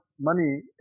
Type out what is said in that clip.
money